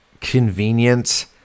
convenient